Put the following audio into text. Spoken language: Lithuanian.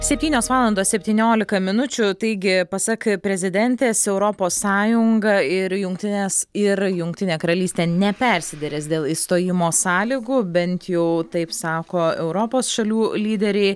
septynios valandos septyniolika minučių taigi pasak prezidentės europos sąjunga ir jungtinės ir jungtinė karalystė nepersiderės dėl išstojimo sąlygų bent jau taip sako europos šalių lyderiai